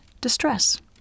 distress